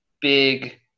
big